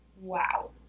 wow